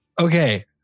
Okay